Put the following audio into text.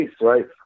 right